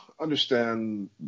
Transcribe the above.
understand